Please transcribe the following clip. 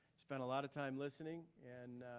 spent a lot of time listening, and